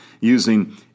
using